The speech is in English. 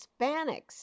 Hispanics